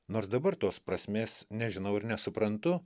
nors dabar tos prasmės nežinau ir nesuprantu